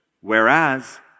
Whereas